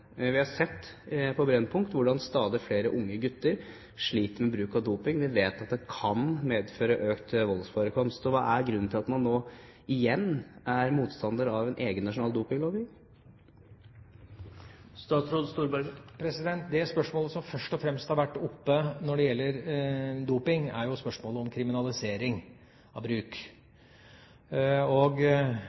Vi har sett på Brennpunkt hvordan stadig flere unge gutter sliter med bruk av doping. Vi vet at det kan medføre økt voldsforekomst. Hva er grunnen til at man nå igjen er motstander av en egen nasjonal dopinglovgivning? Det spørsmålet som først og fremst har vært oppe når det gjelder doping, er spørsmålet om kriminalisering av bruk.